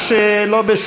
למה אתם בלחץ, אדוני?